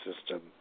system